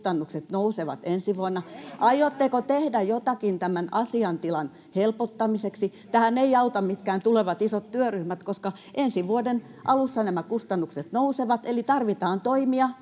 kustannukset nousevat ensi vuonna? Aiotteko tehdä jotakin tämän asiantilan helpottamiseksi? Tähän eivät auta mitkään tulevat isot työryhmät, koska ensi vuoden alussa nämä kustannukset nousevat, eli tarvitaan toimia